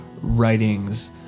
writings